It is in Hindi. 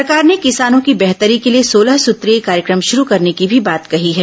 सरकार ने किसानों की बेहतरी के लिए सोलह सुत्रीय कार्यक्रम शुरू करने की भी बात कही है